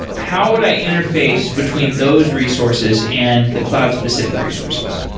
how would i interface between those resources and the cloud-specific resources?